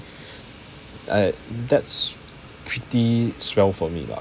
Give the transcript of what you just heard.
i~ that's pretty well for me lah